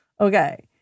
Okay